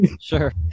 sure